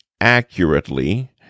accurately